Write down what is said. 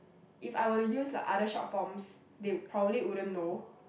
if I were to use like other short forms they would probably wouldn't know